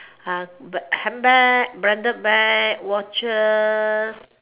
a handbag branded bag watches